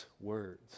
words